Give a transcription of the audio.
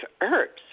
herbs